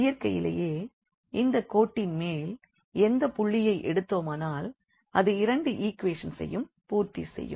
இயற்கையிலே இந்தக் கோட்டின் மேல் எந்தப் புள்ளியை எடுத்தோமானால் அது இரண்டு ஈக்வேஷன்ஸையும் பூர்த்தி செய்யும்